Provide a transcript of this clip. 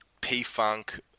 P-Funk